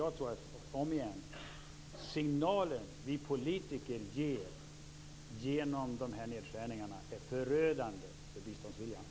Jag tror nämligen, om igen, att signalen vi politiker ger genom nedskärningarna är förödande för biståndsviljan.